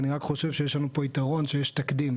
אני רק חושב שיש לנו פה יתרון שיש תקדים.